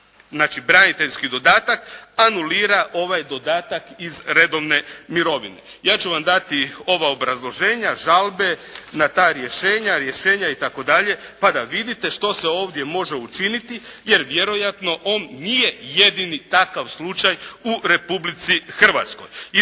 znači braniteljski dodatak, anulira ovaj dodatak iz redovne mirovine. Ja ću vam dati ova obrazloženja, žalbe na ta rješenja, rješenje itd. pa da vidite što se ovdje može učiniti, jer vjerojatno on nije jedini takav slučaj u Republici Hrvatskoj.